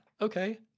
okay